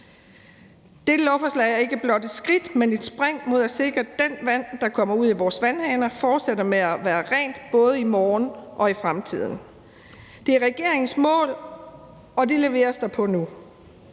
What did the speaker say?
Dette lovforslag er ikke blot et skridt, men et spring mod at sikre, at det vand, der kommer ud af vores vandhaner, fortsætter med at være rent både i morgen og i fremtiden. Det er regeringens mål, og det leveres der på nu,